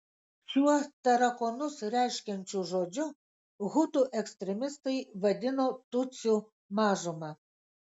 šiuo tarakonus reiškiančiu žodžiu hutų ekstremistai vadino tutsių mažumą